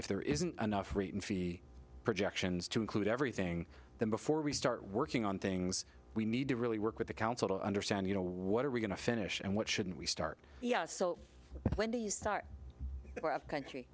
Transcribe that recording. if there isn't enough projections to include everything then before we start working on things we need to really work with the council to understand you know what are we going to finish and what shouldn't we start so when do you start up country